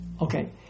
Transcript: Okay